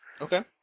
Okay